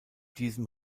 diesem